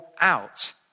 out